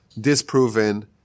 disproven